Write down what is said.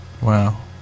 Wow